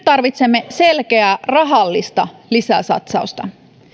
tarvitsemme selkeää rahallista lisäsatsausta